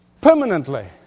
permanently